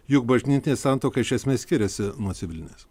juk bažnytinė santuoka iš esmės skiriasi nuo civilinės